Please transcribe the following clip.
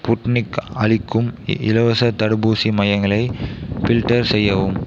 Sputnik அளிக்கும் இலவசத் தடுப்பூசி மையங்களை ஃபில்டர் செய்யவும்